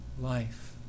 life